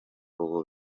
ubu